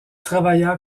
travailla